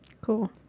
Cool